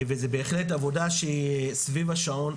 וזה בהחלט עבודה שהיא סביב השעון,